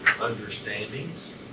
understandings